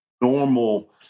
normal